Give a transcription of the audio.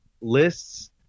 lists